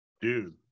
Dude